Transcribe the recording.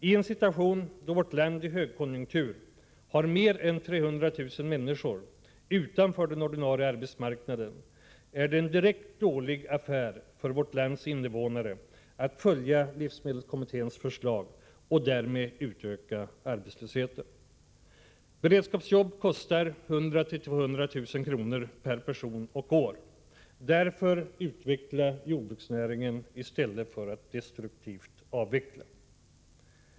I en situation då vårt land i en högkonjunktur har mer än 300 000 människor utanför den ordinarie arbetsmarknaden är det en direkt dålig affär för landets invånare att följa livsmedelskommitténs förslag och därmed utöka arbetslösheten. Beredskapsjobb kostar 100 000-200 000 kr. per person och år. Därför bör vi utveckla jordbruksnäringen i stället för att destruktivt avveckla den.